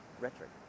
rhetoric